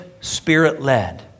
Spirit-led